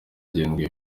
gihundwe